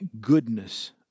goodness